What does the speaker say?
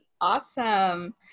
Awesome